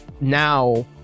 now